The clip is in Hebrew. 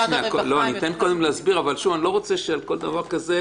אני אתן קודם להסביר אבל אני לא רוצה שעל כל דבר כזה,